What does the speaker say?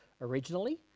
originally